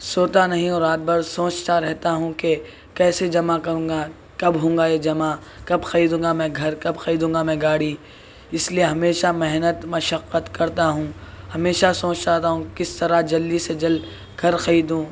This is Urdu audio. سوتا نہیں ہوں رات بھر سوچتا رہتا ہوں کہ کیسے جمع کروں گا کب ہوگا یہ جمع کب خریدوں گا میں گھر کب خریدوں گا میں گاڑی اس لیے ہیمشہ محنت مشقت کرتا ہوں ہمیشہ سوچتا رہتا ہوں کہ کس طرح جلدی سے جلد گھر خریدوں